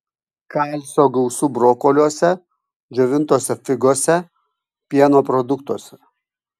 kalcio gausu brokoliuose džiovintose figose pieno produktuose